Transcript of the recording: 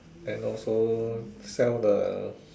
then also sell the